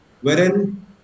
Wherein